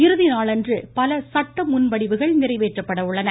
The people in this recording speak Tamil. இறுதி நாளன்று பல சட்டமுன்வடிவுகள் நிறைவேற்றப்பட உள்ளன